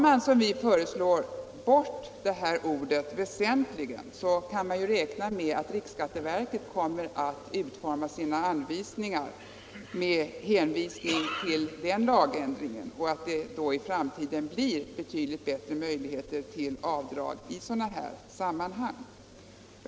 Tas ordet ”väsentligen” bort, som vi föreslår, kan man räkna med att riksskatteverket kommer att utforma sina anvisningar med hänsyn till den lagändringen och att det då i framtiden blir betydligt bättre möjligheter till avdrag i sådana här sammanhang.